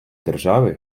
держави